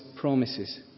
promises